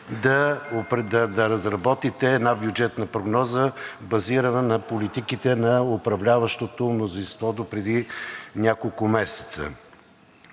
да разработите една бюджетна прогноза, базирана на политиките на управляващото мнозинство допреди няколко месеца.